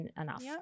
enough